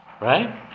right